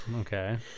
okay